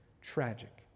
tragic